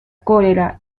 cólera